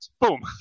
Boom